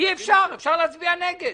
אי אפשר, אפשר להצביע נגד.